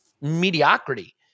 mediocrity